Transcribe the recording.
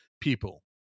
people